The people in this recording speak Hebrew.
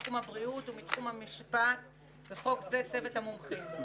מתחום הבריאות ומהתחום המשפטי (בחוק זה צוות המומחים)".